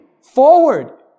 forward